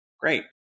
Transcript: great